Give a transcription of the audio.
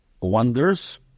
wonders